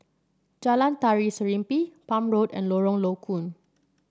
Jalan Tari Serimpi Palm Road and Lorong Low Koon